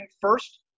first